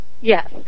Yes